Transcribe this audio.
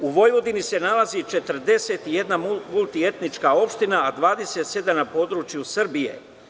U Vojvodini se nalazi 41 multietnička opština a 27 na području Srbije.